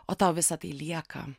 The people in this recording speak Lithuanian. o tau visa tai lieka